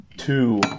two